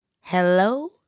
Hello